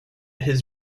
his